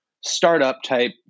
startup-type